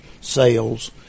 sales